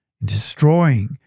destroying